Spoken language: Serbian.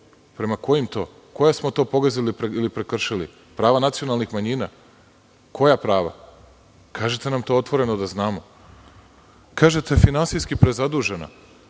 Prema kojim? Koja smo to pogazili ili prekršili? Prava nacionalnih manjina? Koja prava? Kažite nam to otvoreno da znamo. Kažete, finansijski prezadužena.